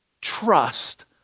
trust